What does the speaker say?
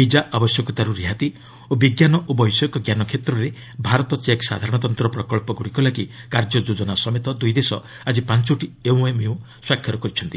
visa ଆବଶ୍ୟକତାରୁ ରିହାତି ଓ ବିଜ୍ଞାନ ଓ ବୈଷୟିକଜ୍ଞାନ କ୍ଷେତ୍ରରେ ଭାରତ ଚେକ୍ ସାଧାରଣତନ୍ତ୍ର ପ୍ରକଳ୍ପଗୁଡ଼ିକ ଲାଗି କାର୍ଯ୍ୟ ଯୋଜନା ସମେତ ଦୁଇ ଦେଶ ଆଜି ପାଞ୍ଚୋଟି ଏମ୍ଓୟୁ ସ୍ୱାକ୍ଷର କରିଛନ୍ତି